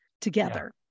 together